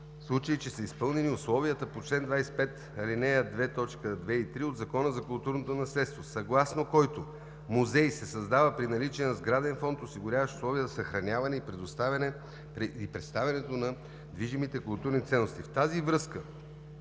в случай че са изпълнени условията по чл. 25, ал. 2, т. 2 и 3 от Закона за културното наследство, съгласно които музей се създава при наличие на сграден фонд, осигуряващ условия за съхраняване и представянето на движимите културни ценности.